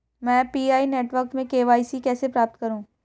मैं PI network में KYC कैसे प्राप्त करूँ?